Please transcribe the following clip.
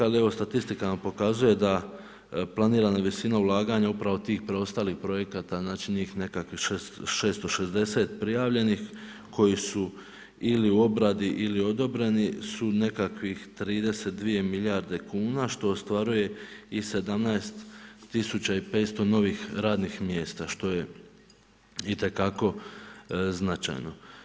Ali evo, statistika nam pokazuje da planirana visina ulaganja upravo tih preostalih projekata znači njih nekakvih 660 prijavljenih koji su ili u obradi, ili odobreni su nekakvih 32 milijarde kuna što ostvaruje i 17 tisuća i 500 novih radnih mjesta što je itekako značajno.